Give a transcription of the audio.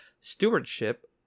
stewardship